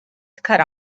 cut